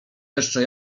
jeszcze